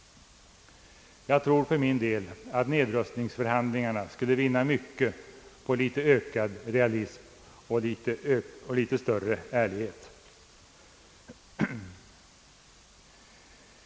Jag tror för min del att nedrustningsförhandlingarna skulle vinna mycket på litet ökad realism och litet större ärlighet.